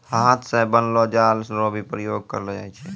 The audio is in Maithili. हाथ से बनलो जाल रो भी प्रयोग करलो जाय छै